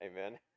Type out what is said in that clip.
Amen